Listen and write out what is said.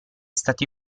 stato